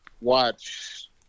watch